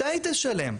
מתי תשלם?